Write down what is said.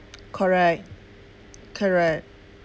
correct correct